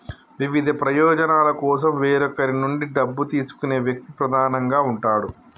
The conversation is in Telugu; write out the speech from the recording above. వివిధ ప్రయోజనాల కోసం వేరొకరి నుండి డబ్బు తీసుకునే వ్యక్తి ప్రధానంగా ఉంటాడు